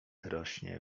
rośnie